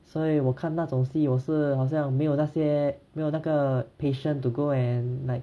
所以我看那种戏我是好像没有那些没有那个 patient to go and like